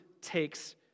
takes